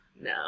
no